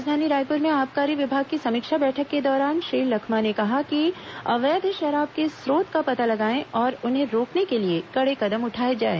राजधानी रायपुर में आबकारी विभाग की समीक्षा बैठक के दौरान श्री लखमा ने कहा कि अवैधा शराब के स्रोत का पता लगाएं और उन्हें रोकने के लिए कड़े कदम उठाए जाएं